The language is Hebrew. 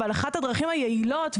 אבל אחת הדרכים היעילות,